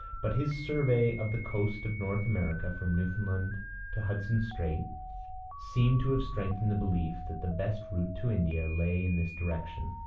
but his survey of the coast of north america from newfoundland to hudson strait seems to have strengthened the belief that the best route to india lay in this direction.